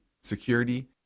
security